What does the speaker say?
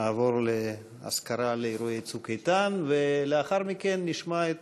אעבור לאזכרה לחללי "צוק איתן" ולאחר מכן נשמע את